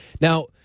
Now